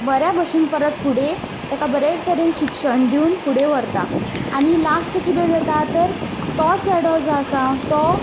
बऱ्या बशेन परत फुडें तेका बरें तरेन शिक्षण दिवन फुडें व्हरता आनी लास्ट कितें जाता तर तो चेडो जो आसा तो